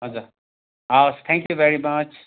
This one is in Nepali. हजुर हवस् थ्याङ्क्यु भेरी मच